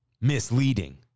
misleading